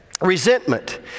resentment